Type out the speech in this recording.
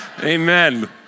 Amen